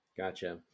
Gotcha